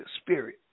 Spirit